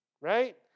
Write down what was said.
Right